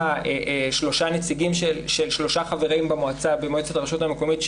שלושה נציגים של שלושה חברים במועצת הרשות המקומית,